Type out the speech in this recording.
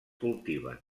cultiven